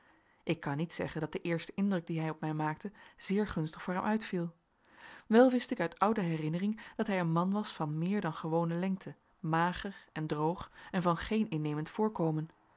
ik kan niet zeggen dat de eerste indruk dien hij op mij maakte zeer gunstig voor hem uitviel wel wist ik uit oude herinnering dat hij een man was van meer dan gewone lengte mager en droog en van geen innemend voorkomen